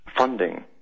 Funding